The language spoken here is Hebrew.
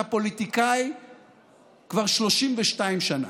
אתה פוליטיקאי כבר 32 שנה.